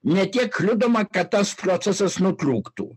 ne tiek kliudoma kad tas procesas nutrūktų